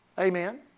Amen